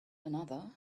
another